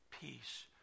peace